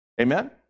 Amen